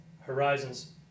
horizons